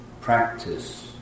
practice